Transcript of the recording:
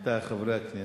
עמיתי חברי הכנסת,